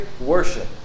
worship